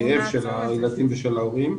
בכאב של הילדים וההורים.